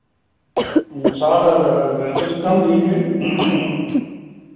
ह्म्म सात हज़ार रुपये कुछ कम कीजिए